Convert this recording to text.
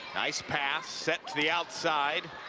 nice pass, set to the outside,